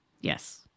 Yes